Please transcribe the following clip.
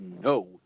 no